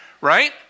right